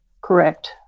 correct